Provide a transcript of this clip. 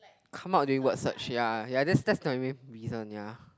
come out during word search ya that's my main reason ya